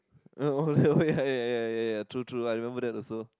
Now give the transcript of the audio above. oh that one ya ya ya ya ya true true I remember that also